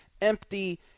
empty